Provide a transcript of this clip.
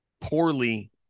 poorly